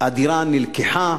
שהדירה נלקחה,